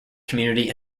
community